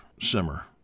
simmer